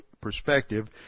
perspective